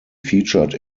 featured